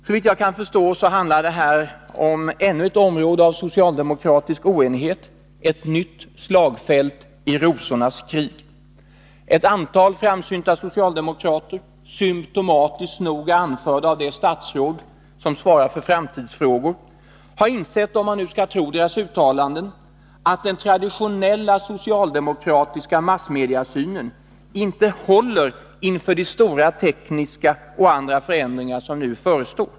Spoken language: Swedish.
Såvitt jag kan förstå handlar det här om ännu ett område av socialdemokratisk oenighet, ett nytt slagfält i rosornas krig. Ett antal framsynta socialdemokrater, symtomatiskt nog anförda av det statsråd som svarar för framtidsfrågor, har insett, om man nu skall tro deras uttalanden, att den traditionella socialdemokratiska massmediesynen inte håller inför de stora tekniska och andra förändringar som nu förestår.